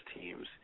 teams